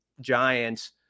giants